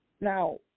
now